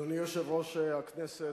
אדוני יושב-ראש הכנסת,